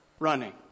Running